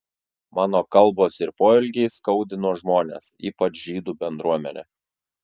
mano kalbos ir poelgiai skaudino žmones ypač žydų bendruomenę